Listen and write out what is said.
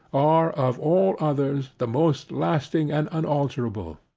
are, of all others, the most lasting and unalterable.